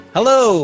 Hello